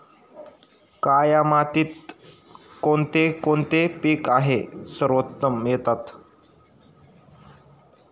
काया मातीत कोणते कोणते पीक आहे सर्वोत्तम येतात?